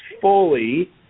fully